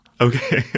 Okay